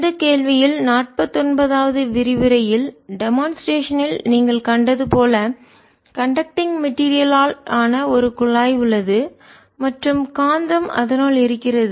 இந்த கேள்வியில் நாற்பத்தொன்பதாவது விரிவுரையில் டெமான்ஸ்ட்ரேஷன் ல் செயல்விளக்கம் நீங்கள் கண்டது போல கண்டக்டிங் மெட்டீரியல் ஆன ஒரு குழாய் உள்ளது மற்றும் காந்தம் அதனுள் இருக்கிறது